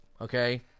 okay